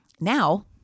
Now